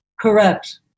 Correct